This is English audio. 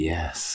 Yes